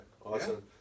awesome